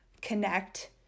connect